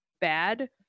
bad